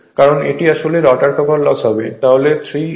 কারণ এটি আসলে রটার কপার লস হবে